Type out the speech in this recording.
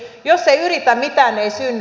jos ei yritä mitään ei synny